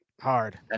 hard